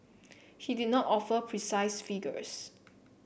he did not offer precise figures